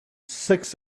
six